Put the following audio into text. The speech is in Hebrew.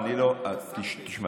תשמע,